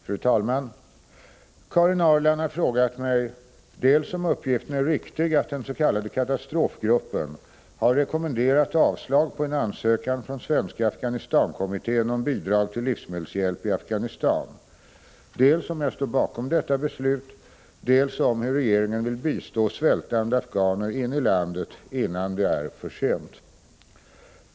Fru talman! Karin Ahrland har frågat mig dels om uppgiften är riktig att den s.k. katastrofgruppen har rekommenderat avslag på en ansökan från Svenska Afghanistan-kommittén om bidrag till livsmedelshjälp i Afghanistan, dels om jag står bakom detta beslut, dels om hur regeringen vill bistå svältande afghaner inne i landet innan det är för sent.